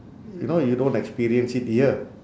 you know you don't experience it here